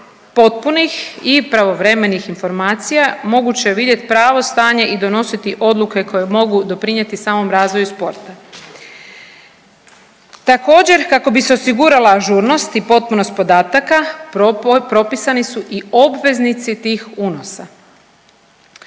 potpunih i pravovremenih informacija moguće je vidjeti pravo stanje i donositi odluke koje mogu doprinijeti samom razvoju sporta. Također kako bi se osigurala ažurnost i potpunost podataka propisani su i obveznici tih unosa.